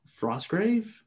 Frostgrave